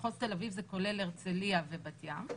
מחוז תל-אביב כולל את הרצליה ובת-ים,